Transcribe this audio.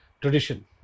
tradition